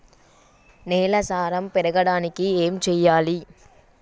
నేల సారం పెరగడానికి ఏం చేయాలి?